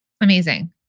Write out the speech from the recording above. Amazing